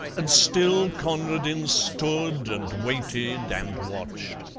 and still conradin stood and waited and watched.